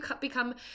become